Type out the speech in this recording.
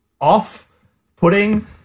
off-putting